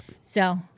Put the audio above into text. So-